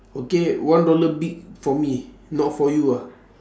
okay one dollar big for me not for you ah